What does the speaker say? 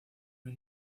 hay